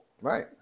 Right